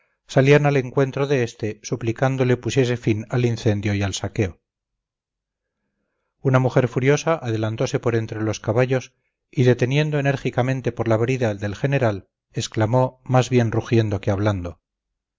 salían al encuentro de este suplicándole pusiese fin al incendio y al saqueo una mujer furiosa adelantose por entre los caballos y deteniendo enérgicamente por la brida el del general exclamó más bien rugiendo que hablando